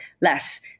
less